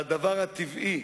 והדבר הטבעי,